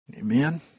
Amen